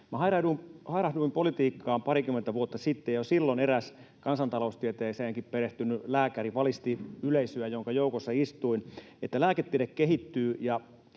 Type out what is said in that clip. Minä hairahduin politiikkaan parikymmentä vuotta sitten, ja jo silloin eräs kansantaloustieteeseenkin perehtynyt lääkäri valisti yleisöä, jonka joukossa istuin, että lääketiede kehittyy